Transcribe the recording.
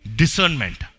discernment